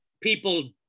people